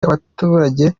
abaturage